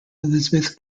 elisabeth